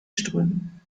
strömen